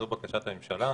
זו בקשת הממשלה.